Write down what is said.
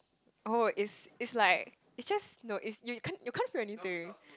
oh it's it's like it's just no it's you can't you can't feel anything